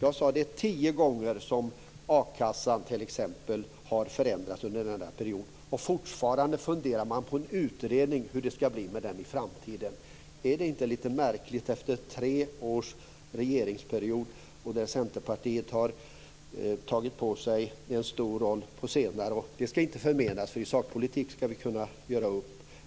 A-kassan har t.ex. förändrats tio gånger under den här perioden, och fortfarande funderar man på en utredning om hur det skall bli med akassan i framtiden. Är det inte litet märkligt efter en treårig regeringsperiod, under vilken Centerpartiet under senare tid har tagit på sig en stor roll? Detta skall jag inte förmena er, för i sakpolitik skall vi kunna göra upp.